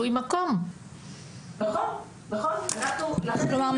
זאת אומרת,